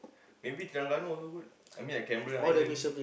maybe Terengganu also good I mean like Cameron-Highland